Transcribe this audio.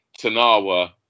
Tanawa